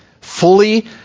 fully